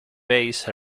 based